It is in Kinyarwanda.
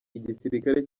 igisirikare